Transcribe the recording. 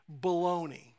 Baloney